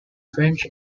french